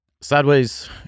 Sideways